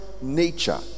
nature